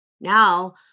Now